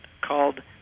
called